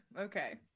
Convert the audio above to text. okay